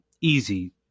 easy